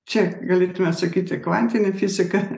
čia galėtume sakyti kvantinė fizika